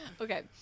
Okay